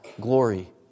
glory